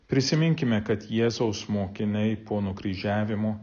prisiminkime kad jėzaus mokiniai po nukryžiavimo